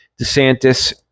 DeSantis